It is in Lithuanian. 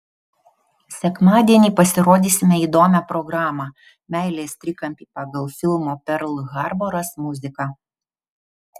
sekmadienį pasirodysime įdomią programą meilės trikampį pagal filmo perl harboras muziką